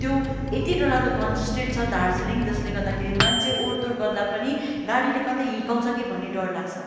त्यो यति डरलाग्दो कन्जस्टेट छ दार्जिलिङ जसले गर्दाखेरि मान्छे ओहोर दोहोर गर्दा पनि गाडीले कतै हिर्काउँछ कि भन्ने डर लाग्छ